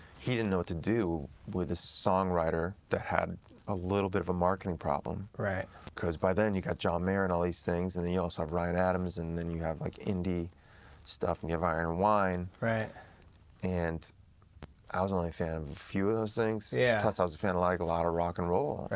he didn't know what to do with a songwriter that had a little bit of a marketing problem, because by then, you've got john mayer and all these things, and then you also have ryan adams, and then you have like indie stuff, and you have iron and wine. and i was only a fan of a few of those things, yeah plus i was a fan of like a lot of rock and roll,